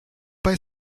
bei